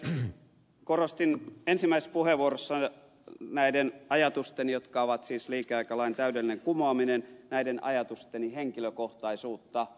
korostin ensimmäisessä puheenvuorossani näiden ajatusteni jotka ovat siis liikeaikalain täydellinen kumoaminen henkilökohtaisuutta